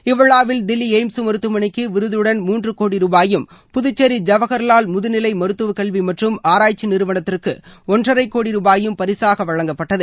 இவ்விழாவில் தில்லி எய்ம்ஸ் மருத்துவமனைக்கு விருதடன் மூன்று கோடி ரூபாயும் புதுச்சேரி ஜவஹர்லால் முதுநிலை மருத்துவக்கல்வி மற்றும் ஆராய்ச்சி நிறுவனத்திற்கு ஒன்றரை கோடி ரூபாயும் பரிசாக வழங்கப்பட்டது